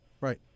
Right